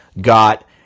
got